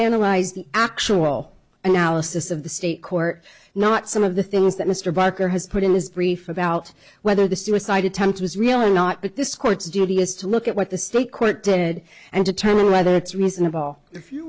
analyze the actual analysis of the state court not some of the things that mr barker has put in his brief about whether the suicide attempt was real or not but this court's duty is to look at what the state quite dead and determine whether it's reasonable if you